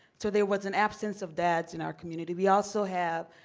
so there was an absence of dads in our community. we also have